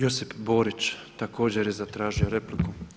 Josip Borić također je zatražio repliku.